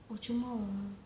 சும்மாவா:summaavaa